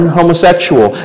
homosexual